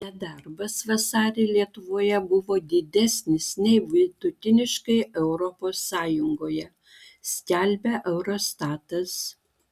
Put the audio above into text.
nedarbas vasarį lietuvoje buvo didesnis nei vidutiniškai europos sąjungoje skelbia eurostatas